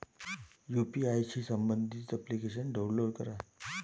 UPI शी संबंधित application download करा